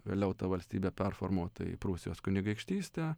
vėliau ta valstybė performuota į prūsijos kunigaikštystę